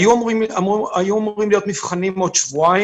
אם מעבירים שם כסף,